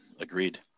Agreed